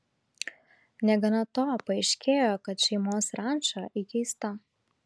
negana to paaiškėjo kad šeimos ranča įkeista